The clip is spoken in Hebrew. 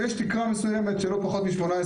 ויש תקרה מסוימת של לא פחות מ-18,